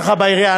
הנחה בעירייה,